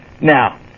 Now